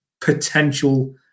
potential